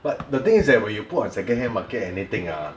but the thing is that when you put on second hand market anything ah